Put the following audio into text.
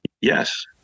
Yes